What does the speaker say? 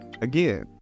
Again